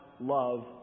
love